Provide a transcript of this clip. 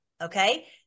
okay